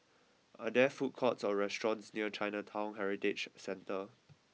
are there food courts or restaurants near Chinatown Heritage Centre